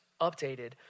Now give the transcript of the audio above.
updated